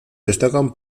destacan